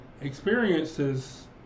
experiences